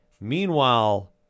Meanwhile